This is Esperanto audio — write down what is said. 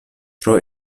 tro